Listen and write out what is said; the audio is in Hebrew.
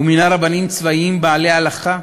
הוא מינה רבנים צבאיים בעלי הלכה,